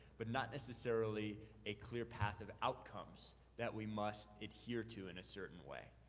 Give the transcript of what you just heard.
but not necessarily a clear path of outcomes that we must adhere to in a certain way.